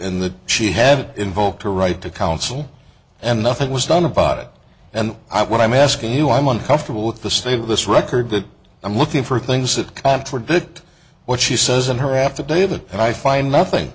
in the she had invoked her right to counsel and nothing was done about it and i what i'm asking you i'm uncomfortable with the state of this record good i'm looking for things that contradict what she says in her affidavit and i find nothing